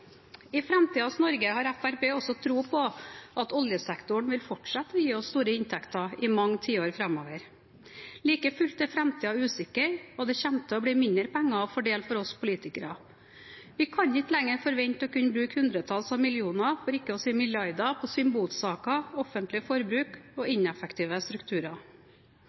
I framtidens Norge har Fremskrittspartiet også tro på at oljesektoren vil fortsette å gi oss store inntekter i mange tiår framover. Like fullt er framtiden usikker, og det kommer til å bli mindre penger å fordele for oss politikere. Vi kan ikke lenger forvente å kunne bruke hundretalls av millioner, for ikke å si milliarder, på symbolsaker, offentlig forbruk og ineffektive strukturer.